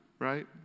Right